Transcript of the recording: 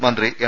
മന്ത്രി എം